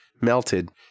melted